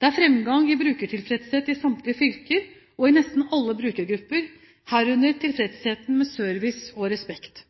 Det er framgang i brukertilfredshet i samtlige fylker og i nesten alle brukergrupper, herunder tilfredsheten med service og respekt.